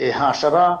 העשרה,